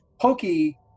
Pokey